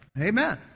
Amen